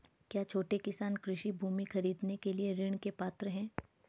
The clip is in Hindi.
क्या छोटे किसान कृषि भूमि खरीदने के लिए ऋण के पात्र हैं?